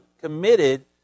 committed